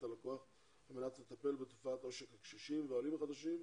הלקוח על מנת לטפל בתופעת עושק הקשישים והעולים החדשים,